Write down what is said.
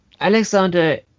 Alexander